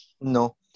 No